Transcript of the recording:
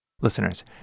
Listeners